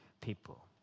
people